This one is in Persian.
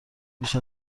بیش